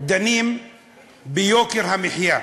דנים ביוקר המחיה.